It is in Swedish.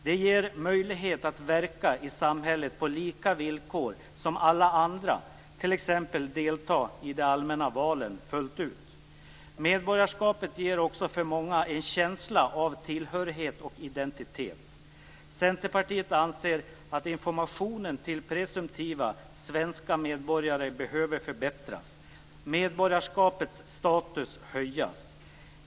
Det ger möjligheter att verka i samhället på lika villkor som alla andra, t.ex. fullt ut delta i de allmänna valen. Medborgarskapet ger också för många en känsla av tillhörighet och identitet. Centerpartiet anser att informationen till presumtiva svenska medborgare behöver förbättras och medborgarskapets status höjas.